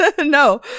No